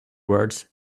words